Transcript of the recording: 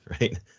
right